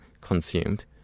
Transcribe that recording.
consumed